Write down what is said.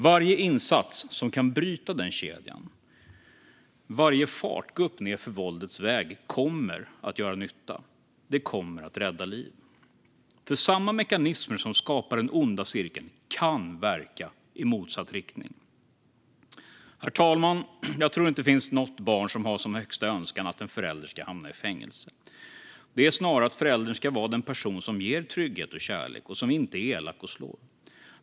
Varje insats som kan bryta den kedjan, varje fartgupp nedför våldets väg, kommer att göra nytta. Det kommer att rädda liv, för samma mekanismer som skapar den onda cirkeln kan verka i motsatt riktning. Herr talman! Jag tror inte att det finns något barn som har som högsta önskan att en förälder ska hamna i fängelse, utan snarare att föräldern ska vara den person som ger trygghet och kärlek och som inte är elak och slår.